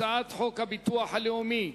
הצעת חוק הביטוח הלאומי (תיקון,